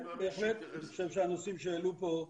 כן, בהחלט, אני חושב שהנושאים שהעלו פה,